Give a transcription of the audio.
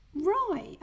Right